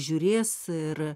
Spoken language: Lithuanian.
žiūrės ir